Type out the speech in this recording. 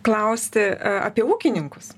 klausti apie ūkininkus